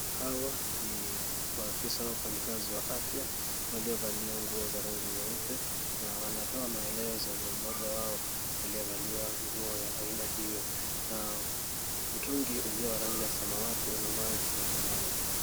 Hawa ni maafisa au wafanyikazi wa afya waliovalia nguo za rangi nyeupe na wanapewa maelezo na mmoja wao aliyevalia nguo ya aina hiyo na mtungi ulio wa rangi ya samawati una maji ya kunawa.